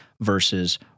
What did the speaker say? versus